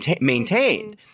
maintained